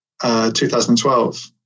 2012